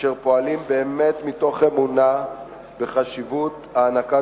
אשר פועלים באמת מתוך אמונה בחשיבות הענקת